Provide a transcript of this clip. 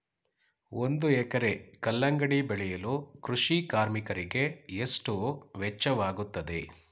ಒಂದು ಎಕರೆ ಕಲ್ಲಂಗಡಿ ಬೆಳೆಯಲು ಕೃಷಿ ಕಾರ್ಮಿಕರಿಗೆ ಎಷ್ಟು ವೆಚ್ಚವಾಗುತ್ತದೆ?